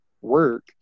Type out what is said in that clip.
work